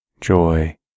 joy